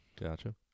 Gotcha